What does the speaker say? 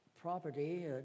property